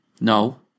No